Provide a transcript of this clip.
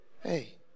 Hey